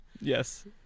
yes